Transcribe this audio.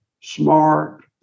smart